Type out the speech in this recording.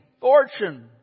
fortune